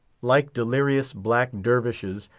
like delirious black dervishes,